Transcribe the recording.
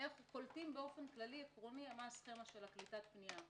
קולטים באופן כללי, עקרוני, מה הסכימה של הפנייה.